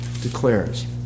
declares